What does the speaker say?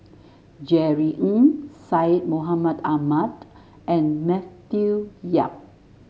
Jerry Ng Syed Mohamed Ahmed and Matthew Yap